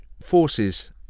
forces